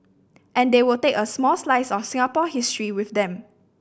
and they will take a small slice of Singapore history with them